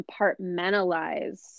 compartmentalize